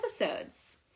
episodes